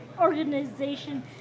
organization